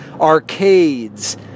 arcades